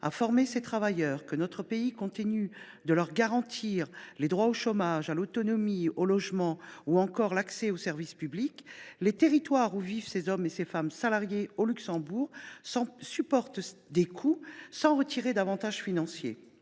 formé ces travailleurs et que nous continuons de leur garantir leurs droits au chômage, à l’autonomie, au logement ou encore l’accès aux services publics, les territoires où vivent ces hommes et ces femmes salariés au Luxembourg supportent des coûts sans retirer d’avantages financiers.